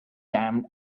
damned